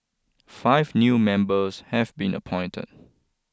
five new members have been appointed